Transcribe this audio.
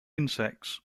insects